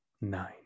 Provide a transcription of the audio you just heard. nine